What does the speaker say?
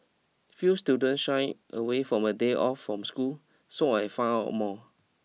few students shy away from a day off from school so I found out more